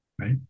Right